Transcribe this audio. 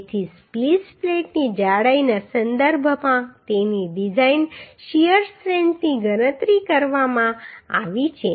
તેથી સ્પ્લીસ પ્લેટની જાડાઈના સંદર્ભમાં તેની ડિઝાઇન શીયર સ્ટ્રેન્થની ગણતરી કરવામાં આવી છે